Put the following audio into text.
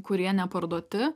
kurie neparduoti